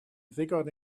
ddigon